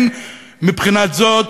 מהבחינה הזאת,